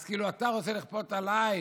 אז כאילו אתה רוצה לכפות עליי?